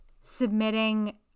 submitting